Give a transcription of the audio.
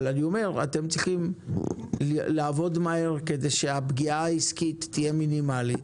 אבל אני אומר שאתם צריכים לעבוד מהר כדי שהפגיעה העסקית תהיה מינימלית.